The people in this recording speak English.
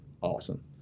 awesome